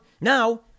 Now